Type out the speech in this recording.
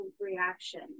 reaction